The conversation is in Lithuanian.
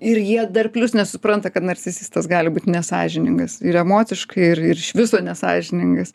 ir jie dar plius nesupranta kad narcisistas gali būt nesąžiningas ir emociškai ir ir iš viso nesąžiningas